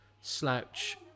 slouch